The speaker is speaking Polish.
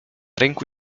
rynku